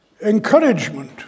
encouragement